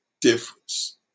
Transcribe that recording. difference